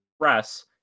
press